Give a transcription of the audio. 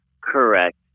Correct